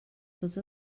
tots